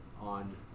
on